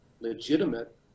legitimate